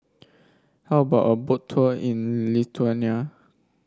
how about a Boat Tour in Lithuania